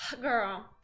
Girl